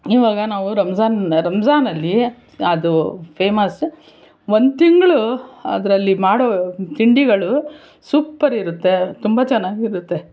ಇವಾಗ ನಾವು ರಂಜಾನ್ ರಂಜಾನಲ್ಲಿ ಅದು ಫೇಮಸ್ ಒಂದು ತಿಂಗಳು ಅದರಲ್ಲಿ ಮಾಡೋ ತಿಂಡಿಗಳು ಸೂಪ್ಪರ್ ಇರುತ್ತೆ ತುಂಬ ಚೆನ್ನಾಗಿರುತ್ತೆ